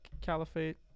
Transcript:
Caliphate